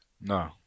No